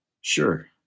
Sure